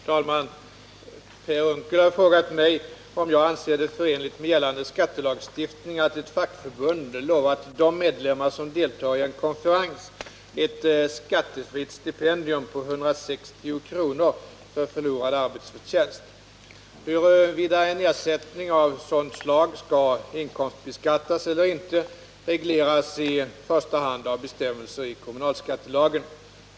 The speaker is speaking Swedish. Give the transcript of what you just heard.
Herr talman! Per Unckel har frågat mig om jag anser det förenligt med gällande skattelagstiftning att ett fackförbund lovat de medlemmar som deltar i en konferens ett skattefritt stipendium på 160 kr. för förlorad arbetsförtjänst. Huruvida en ersättning av sådant slag skall inkomstbeskattas eller inte regleras i första hand av bestämmelser i kommunalskattelagen.